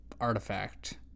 artifact